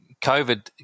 COVID